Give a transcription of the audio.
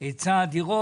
היצע הדירות,